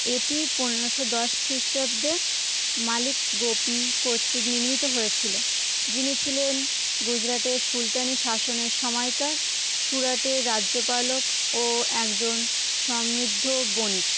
এটি পনেরোশো দশ খ্রিষ্টাব্দে মালিক গোপী কর্তৃক নির্মিত হয়েছিল যিনি ছিলেন গুজরাটে সুলতানী শাসনের সময়কার সুরাটের রাজ্যপালক ও একজন সমৃদ্ধ বণিক